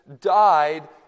died